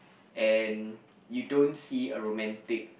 and you don't see a romantic